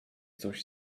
coś